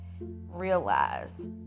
realize